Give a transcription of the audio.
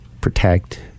protect